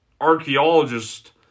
archaeologist